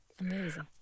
Amazing